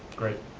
great.